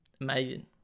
amazing